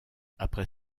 après